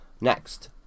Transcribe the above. Next